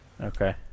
okay